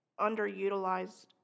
underutilized